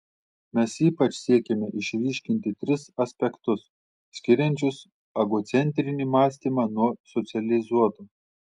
mes ypač siekėme išryškinti tris aspektus skiriančius egocentrinį mąstymą nuo socializuoto